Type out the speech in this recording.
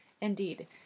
Indeed